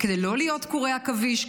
כדי לא להיות קורי עכביש,